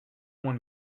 one